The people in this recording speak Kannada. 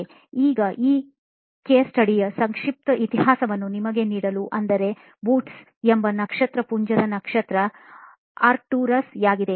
ಈಗ ಈ ಕೇಸ್ ಸ್ಟಡಿ ಯ ಸಂಕ್ಷಿಪ್ತ ಇತಿಹಾಸವನ್ನು ನಿಮಗೆ ನೀಡಲು ಅಂದರೆ ಬೂಟ್ಸ್ ಎಂಬ ನಕ್ಷತ್ರಪುಂಜದ ನಕ್ಷತ್ರ ಆರ್ಕ್ಟುರಸ್ ಯಾಗಿದೆ